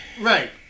Right